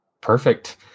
Perfect